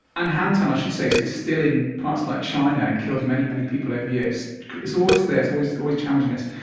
and hantaan, i should say, is is still in parts like china and kills many, many people every year, is always there, it's always always challenging us.